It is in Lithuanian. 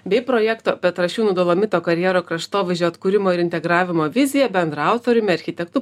bei projekto petrašiūnų dolomito karjero kraštovaizdžio atkūrimo ir integravimo vizija bendraautoriumi architektu